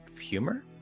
humor